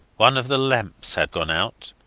one of the lamps had gone out,